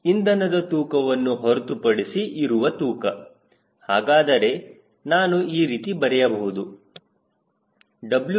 ಇಂಧನದ ತೂಕವನ್ನು ಹೊರತುಪಡಿಸಿ ಇರುವ ತೂಕ ಹಾಗಾದರೆ ನಾನು ಈ ರೀತಿ ಬರೆಯಬಹುದು Wf